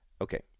Okay